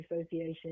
Association